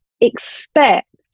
expect